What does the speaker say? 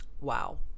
Wow